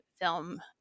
film